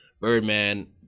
Birdman –